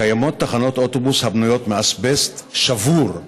קיימות תחנות אוטובוס הבנויות מאזבסט שבור,